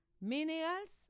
minerals